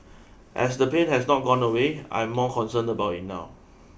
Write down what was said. as the pain has not gone away I am more concerned about it now